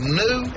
new